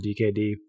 DKD